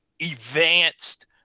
advanced